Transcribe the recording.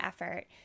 effort